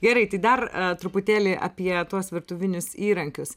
gerai tai dar truputėlį apie tuos virtuvinius įrankius